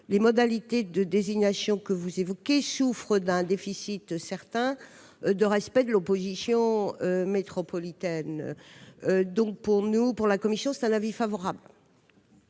les modalités de désignation que vous évoquez souffrent d'un déficit certain de respect de l'opposition métropolitaine. La commission émet un avis favorable.